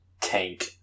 tank